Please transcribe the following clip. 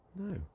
no